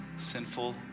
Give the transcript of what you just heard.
sinful